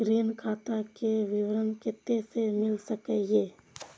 ऋण खाता के विवरण कते से मिल सकै ये?